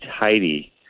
tidy